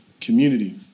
community